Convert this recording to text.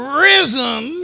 risen